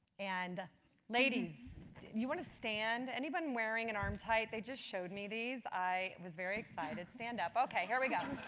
and ladies, do you want to stand? anyone wearing an arm tight? they just showed me these, i was very excited. stand up. okay, here we go.